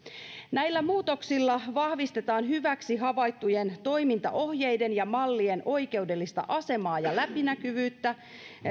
näillä muutoksilla vahvistetaan hyväksi havaittujen toimintaohjeiden ja mallien oikeudellista asemaa ja läpinäkyvyyttä